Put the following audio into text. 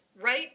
right